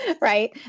right